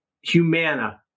Humana